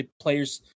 players